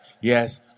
yes